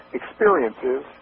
experiences